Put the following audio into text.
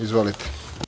Izvolite.